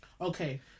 Okay